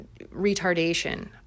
retardation